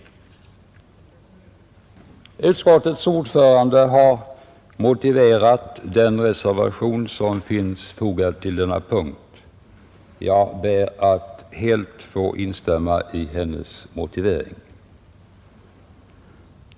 Utskottets ordförande fru Kristensson har här motiverat den reservation som finns fogad vid denna punkt i utskottets betänkande, och jag ber att helt få instämma i hennes motivering.